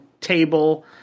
table